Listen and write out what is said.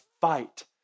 fight